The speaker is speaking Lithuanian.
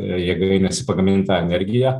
jėgainėse pagamintą energiją